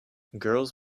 girls